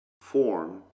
form